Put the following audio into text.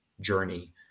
journey